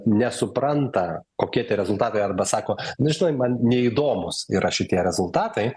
nesupranta kokie tie rezultatai arba sako nu žinai man neįdomūs yra šitie rezultatai